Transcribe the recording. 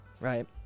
Right